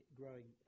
growing